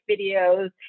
videos